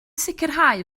sicrhau